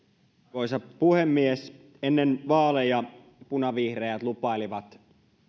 arvoisa puhemies ennen vaaleja punavihreät lupailivat